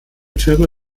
türme